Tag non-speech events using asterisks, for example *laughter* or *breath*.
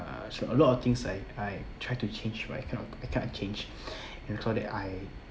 uh so a lot of things like I try to change but I cannot I can't change *breath* and so that I